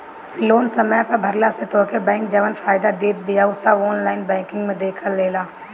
loan समय पअ भरला से तोहके बैंक जवन फायदा देत बिया उ सब ऑनलाइन बैंकिंग में देखा देला